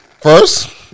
first